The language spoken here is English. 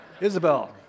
Isabel